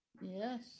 Yes